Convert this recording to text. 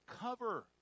cover